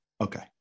Okay